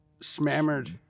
Smammered